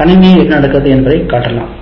கணினியில் என்ன நடக்கிறது என்பதைக் காட்டலாம்